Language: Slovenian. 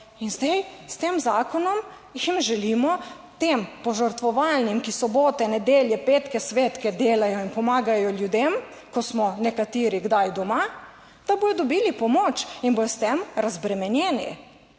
s tem zakonom jim želimo, tem požrtvovalnim, ki sobote, nedelje, petke, svetke delajo in pomagajo ljudem, ko smo nekateri kdaj doma, da bodo dobili pomoč in bodo s tem razbremenjeni.